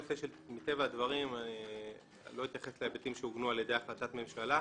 מטבע הדברים אני לא אתייחס להיבטים שעוגנו על ידי החלטת ממשלה.